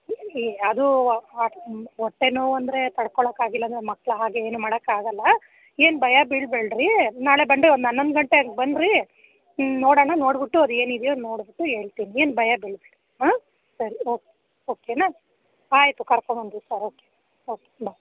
ಅದು ಹೊಟ್ಟೆ ನೋವು ಅಂದರೆ ತಡಕೊಳಕ್ಕಾಗಿಲ್ಲ ಅಂದರೆ ಮಕ್ಳು ಹಾಗೆ ಏನು ಮಾಡೋಕ್ಕಾಗಲ್ಲ ಏನು ಭಯ ಬೀಳಬೇಡ್ರಿ ನಾಳೆ ಬಂದು ಒಂದು ಹನ್ನೊಂದು ಗಂಟೆ ಹಾಗ್ ಬನ್ನಿರಿ ನೋಡೋಣ ನೋಡ್ಬಿಟ್ಟು ಅದೇನು ಇದೆಯೋ ನೋಡ್ಬಿಟ್ಟು ಹೇಳ್ತಿನಿ ಏನು ಭಯ ಬೀಳಬೇಡ್ರಿ ಹಾಂ ಸರಿ ಓಕೆ ಓಕೆ ನಾ ಆಯಿತು ಕರ್ಕೊಂಡು ಬನ್ನಿ ಸರ್ ಓಕೆ ಓಕೆ ಬಾಯ್